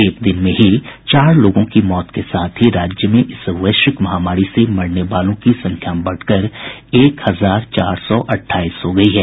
एक दिन में ही चार लोगों की मौत के साथ ही राज्य में इस वैश्विक महामारी से मरने वालों की संख्या बढ़कर एक हजार चार सौ अट्ठाईस हो गई है